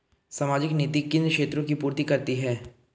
सामाजिक नीति किन क्षेत्रों की पूर्ति करती है?